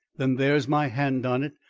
then, there's my hand on it,